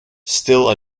still